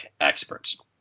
experts